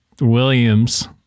Williams